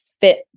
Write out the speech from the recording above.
fit